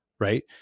right